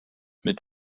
mit